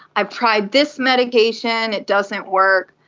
i've tried this medication, it doesn't work,